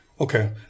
Okay